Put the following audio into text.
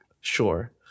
sure